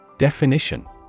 Definition